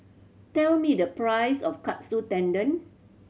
tell me the price of Katsu Tendon